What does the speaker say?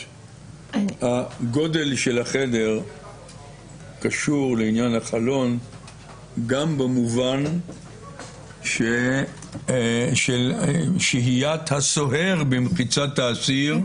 הגודל של החדר קשור לעניין החלון גם במובן של שהיית הסוהר במחיצת העציר,